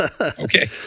Okay